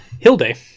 Hilde